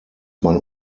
man